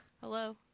Hello